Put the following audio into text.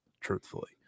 truthfully